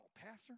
pastor